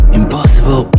impossible